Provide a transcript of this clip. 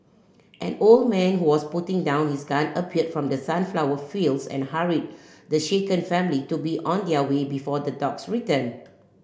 an old man who was putting down his gun appeared from the sunflower fields and hurried the shaken family to be on their way before the dogs return